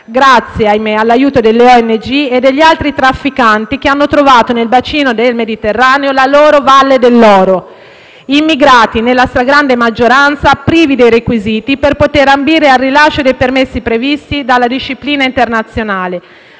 - all'aiuto delle ONG e degli altri trafficanti, che hanno trovato nel bacino del Mediterraneo la loro valle dell'oro. Si trattava di immigrati che, nella stragrande maggioranza, erano privi dei requisiti per poter ambire al rilascio dei permessi previsti dalla disciplina internazionale,